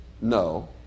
No